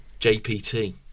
JPT